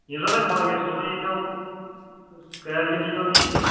ییٚمہِ ساتہٕ تۄہہِ خۄش گژھِوٕ صُبحن یی تو کٲلۍ کٮ۪تھ یی تو تہٕ یی زیو